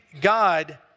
God